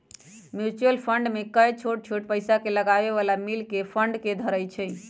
mutual fund में कयगो छोट छोट पइसा लगाबे बला मिल कऽ फंड के धरइ छइ